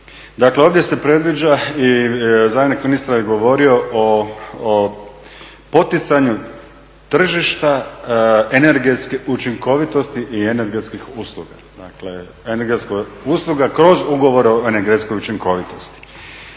Dakle, ovdje se predviđa i zamjenik ministra je govorio o poticanju tržišta energetske učinkovitosti i energetskih usluga, dakle energetska usluga kroz ugovore o energetskoj učinkovitosti.